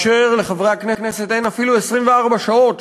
ולחברי הכנסת אין אפילו 24 שעות,